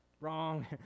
wrong